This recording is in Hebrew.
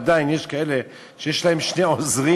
עדיין יש כאלה שיש להם שני עוזרים,